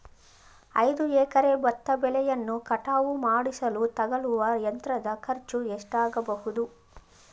ಐದು ಎಕರೆ ಭತ್ತ ಬೆಳೆಯನ್ನು ಕಟಾವು ಮಾಡಿಸಲು ತಗಲುವ ಯಂತ್ರದ ಖರ್ಚು ಎಷ್ಟಾಗಬಹುದು?